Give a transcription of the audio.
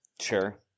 Sure